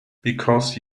because